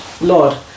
Lord